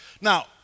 Now